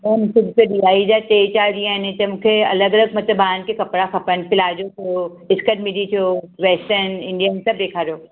भाउ दीवाली जा टे चारि ॾींहं आहिनि हिते मूंखे अलॻि अलॻि मतलबु ॿारनि खे कपिड़ा खपनि प्लाजो थियो स्कर्ट मिडी थियो वैस्टर्न इंडियन सभु ॾेखारियो